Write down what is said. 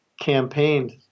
campaigned